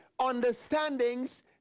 understandings